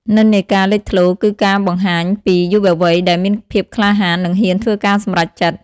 និន្នាការលេចធ្លោ គឺការបង្ហាញពីយុវវ័យដែលមានភាពក្លាហាននិងហ៊ានធ្វើការសម្រេចចិត្ត។